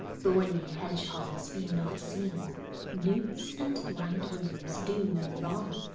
thorny hedgehogs, be not seen newts and blind-worms, do no wrong,